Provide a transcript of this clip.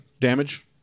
damage